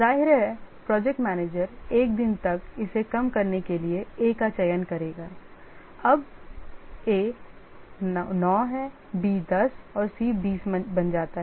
जाहिर है project manager 1 दिन तक इसे कम करने के लिए A का चयन करेगा A अब 9 B 10 और C 20 बन जाता है